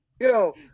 Yo